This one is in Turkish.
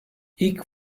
i̇lk